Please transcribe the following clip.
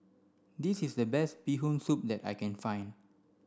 this is the best bee hoon soup that I can find